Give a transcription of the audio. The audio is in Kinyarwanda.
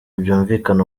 byumvikana